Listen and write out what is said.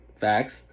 Facts